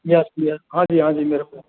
yes yes हाँ जी हाँ जी मेरे को